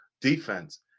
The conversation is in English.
defense